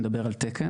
אלא על תקן.